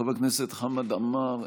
חבר הכנסת חמד עמאר,